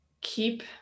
keep